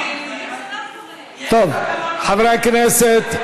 טוב, חברי הכנסת,